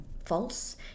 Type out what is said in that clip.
false